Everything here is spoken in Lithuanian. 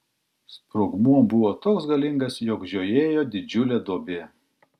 sprogmuo buvo toks galingas jog žiojėjo didžiulė duobė